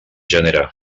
genera